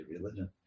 religion